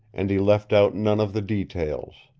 and he left out none of the details.